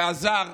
שהזר